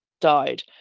died